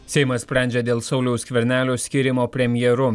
seimas sprendžia dėl sauliaus skvernelio skyrimo premjeru